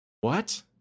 What